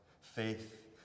faith